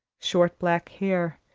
short black hair,